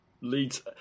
leads